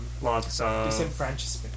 disenfranchisement